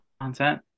content